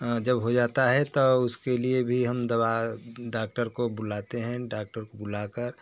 जब हो जाता है तब उसके लिए भी हम दवा डाक्टर को बुलाते हैं डाक्टर को बुला कर